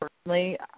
personally